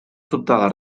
sobtada